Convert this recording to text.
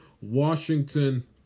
Washington